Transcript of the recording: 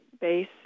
Base